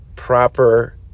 proper